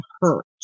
hurt